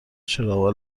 چراغا